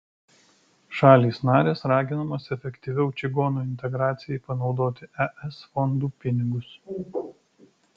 šalys narės raginamos efektyviau čigonų integracijai panaudoti es fondų pinigus